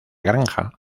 granja